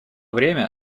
время